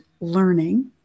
learning